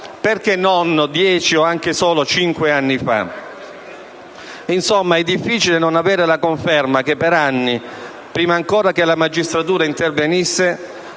Perché non dieci o anche solo cinque anni fa? Insomma, è difficile non avere la conferma che per anni, prima ancora che la magistratura intervenisse,